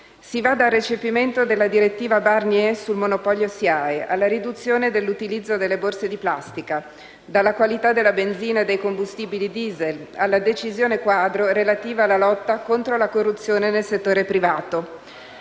Si va dal recepimento della direttiva Barnier sul monopolio SIAE, alla riduzione dell'utilizzo delle borse di plastica; dalla qualità della benzina e dei combustibili diesel, alla decisione quadro relativa alla lotta contro la corruzione nel settore privato;